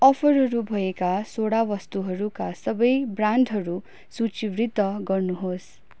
अफरहरू भएका सोडा वस्तुहरूका सबै ब्रान्डहरू सूचीबद्ध गर्नुहोस्